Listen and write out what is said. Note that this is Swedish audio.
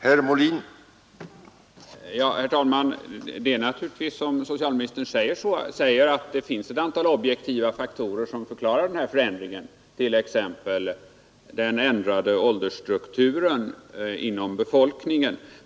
Herr talman! Det är naturligtvis som socialministern säger, att det finns ett antal objektiva faktorer som förklarar den här förändringen, t.ex. den ändrade åldersstrukturen inom befolkningen.